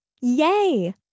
Yay